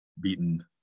beaten